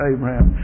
Abraham